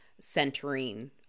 centering